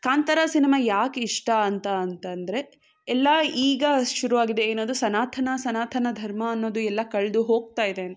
Kantara cinema ಯಾಕೆ ಇಷ್ಟ ಅಂತ ಅಂತಂದರೆ ಎಲ್ಲ ಈಗ ಶುರುವಾಗಿದೆ ಏನದು ಸನಾತನ ಸನಾತನ ಧರ್ಮ ಅನ್ನೋದು ಎಲ್ಲ ಕಳೆದು ಹೋಗ್ತಾಯಿದೆ